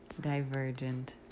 divergent